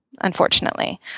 unfortunately